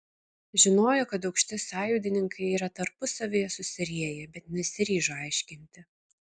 žinojo kad aukšti sąjūdininkai yra tarpusavyje susirieję bet nesiryžo aiškinti